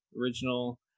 original